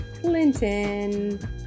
Clinton